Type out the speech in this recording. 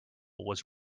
was